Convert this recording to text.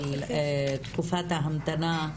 של תקופת ההמתנה,